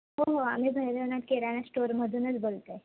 हो हो आम्ही भैरवनात किराणा स्टोरमधूनच बोलतो आहे